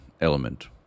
element